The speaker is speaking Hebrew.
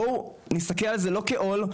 בואו נסתכל על זה לא כעול,